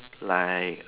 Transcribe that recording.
like